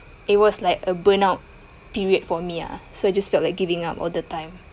it was like a burnout period for me ah so just felt like giving up all the time